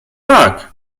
tak